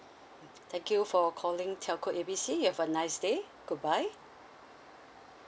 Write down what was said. thank you for calling telco A B C you have a nice day goodbye